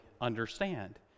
understand